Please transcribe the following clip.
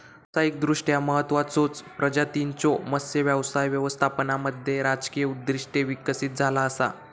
व्यावसायिकदृष्ट्या महत्त्वाचचो प्रजातींच्यो मत्स्य व्यवसाय व्यवस्थापनामध्ये राजकीय उद्दिष्टे विकसित झाला असा